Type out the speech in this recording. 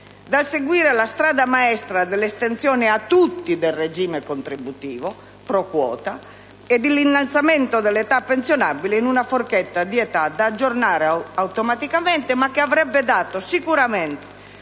dal seguire la strada maestra dell'estensione a tutti del regime contributivo *pro quota* e dell'innalzamento dell'età pensionabile in una forchetta di età da aggiornare automaticamente, che avrebbe dato sicuramente